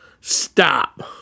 stop